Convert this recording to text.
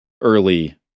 early